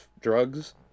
drugs